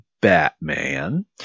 Batman